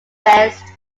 best